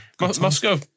Moscow